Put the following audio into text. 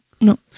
No